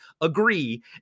agree